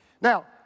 Now